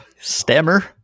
Stammer